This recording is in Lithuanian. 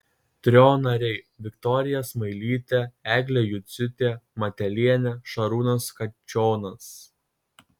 trio nariai viktorija smailytė eglė juciūtė matelienė šarūnas kačionas